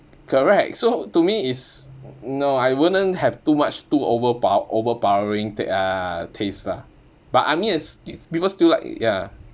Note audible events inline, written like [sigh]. correct [laughs] so to me is no I wouldn't have too much too overpo~ overpowering t~ ah taste lah but I mean it's people still like ya